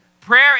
Prayer